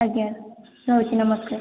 ଆଜ୍ଞା ରହୁଛି ନମସ୍କାର